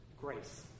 Grace